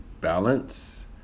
balance